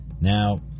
Now